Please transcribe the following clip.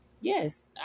Yes